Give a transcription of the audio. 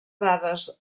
dades